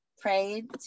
prayed